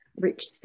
rich